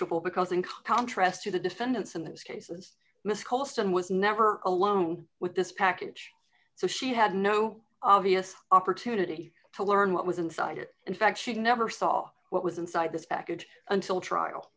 e because in contrast to the defendants in those cases miss causton was never alone with this package so she had no obvious opportunity to learn what was inside it in fact she never saw what was inside this package until trial